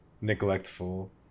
neglectful